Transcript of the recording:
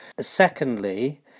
Secondly